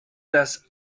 das